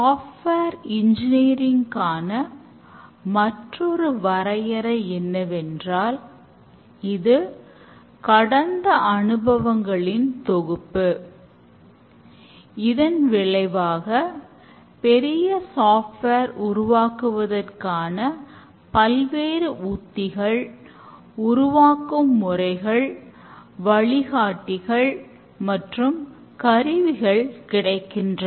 software engineering கிடைக்கின்றன